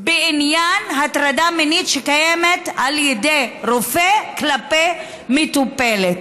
בעניין הטרדה מינית שקיימת על ידי רופא כלפי מטופלת.